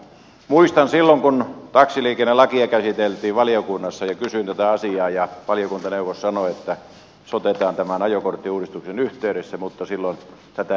muistan että silloin kun taksiliikennelakia käsiteltiin valiokunnassa ja kysyin tätä asiaa ja valiokuntaneuvos sanoi että se otetaan tämän ajokorttiuudistuksen yhteydessä mutta silloin tätä ei huomioitu